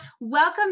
welcome